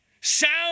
Sound